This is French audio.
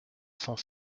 cent